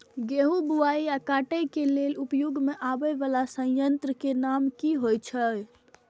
गेहूं बुआई आ काटय केय लेल उपयोग में आबेय वाला संयंत्र के नाम की होय छल?